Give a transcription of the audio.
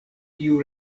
tiu